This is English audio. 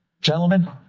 gentlemen